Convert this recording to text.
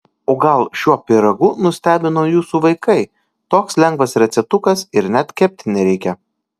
o gal šiuo pyragu nustebino jūsų vaikai toks lengvas receptukas ir net kepti nereikia